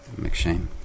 McShane